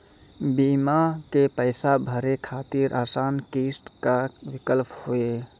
बीमा के पैसा भरे खातिर आसान किस्त के का विकल्प हुई?